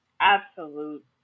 absolute